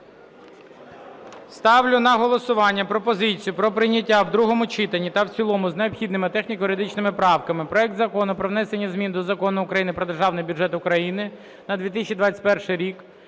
Ставлю на голосування пропозицію про прийняття в другому читанні та в цілому з необхідними техніко-юридичними правками проект Закону про внесення змін до Закону України "Про Державний бюджет України на 2021 рік"